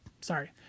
sorry